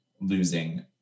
losing